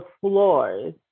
floors